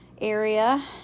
area